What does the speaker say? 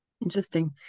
Interesting